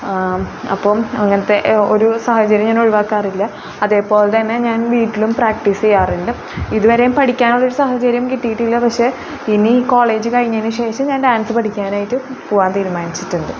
അപ്പോൾ അങ്ങനത്തെ ഒരു സാഹചര്യം ഞാൻ ഒഴിവാക്കാറില്ല അതേപോലെ തന്നെ ഞാൻ വീട്ടിലും പ്രാക്റ്റീസ് ചെയ്യാറുണ്ട് ഇതുവരെയും പഠിക്കാനുള്ള ഒരു സാഹചര്യം കിട്ടിയിട്ടില്ല പക്ഷേ ഇനി കോളേജ് കഴിഞ്ഞതിന് ശേഷം ഞാൻ ഡാൻസ് പഠിക്കാനായിട്ട് പോകാൻ തീരുമാനിച്ചിട്ടുണ്ട്